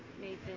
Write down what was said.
Nathan